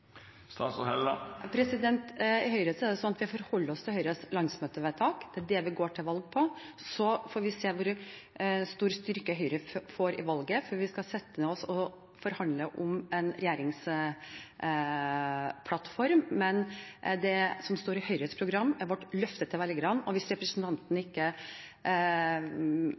I Høyre forholder vi oss til Høyres landsmøtevedtak. Det er det vi går til valg på. Så får vi se hvor sterke Høyre blir etter valget, før vi setter oss ned og forhandler om en regjeringsplattform. Men det som står i Høyres program, er vårt løfte til velgerne. Hvis representanten ikke